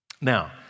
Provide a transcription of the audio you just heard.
Now